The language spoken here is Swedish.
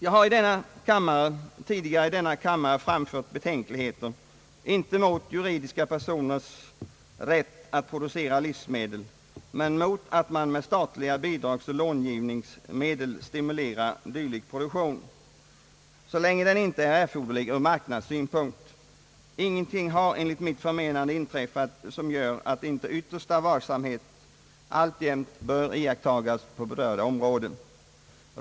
Jag har tidigare i denna kammare framfört betänkligheter, inte mot juridiska personers rätt att producera livsmedel, men mot att man med statlig bidragsoch långivning stimulerar dylik produktion, så länge den inte är erforderlig ur marknadssynpunkt. Ingenting har enligt mitt förmenande inträffat som gör att inte yttersta varsamhet alltjämt bör iakttagas på berörda område.